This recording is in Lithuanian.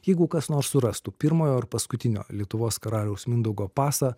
jeigu kas nors surastų pirmojo ir paskutinio lietuvos karaliaus mindaugo pasą